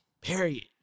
Period